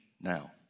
now